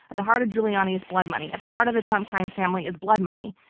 at the heart of giuliani is blood money. at the heart of the trump crime family is blood money.